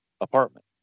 apartment